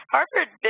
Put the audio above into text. Harvard